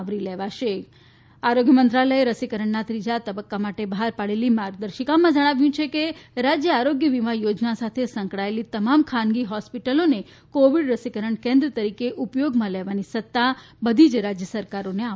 આવરી લેવાશે આરોગ્ય મંત્રાલયે રસીકરણના ત્રીજા તબકકા માટે બહાર ભાડેલી માર્ગદર્શિકામાં જણાવ્યું છે કે રાજ્ય આરોગ્ય વીમા યોજના સાથે સંકળાયેલી તમામ ખાનગી હોસ્તિટલોને કોવિડ રસીકરણ કેન્દ્ર તરીકે ઉપ યોગમાં લેવાની સત્તા બધી જ રાજ્ય સરકારોને આપ વામાં આવી છે